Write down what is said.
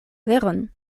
veron